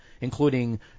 including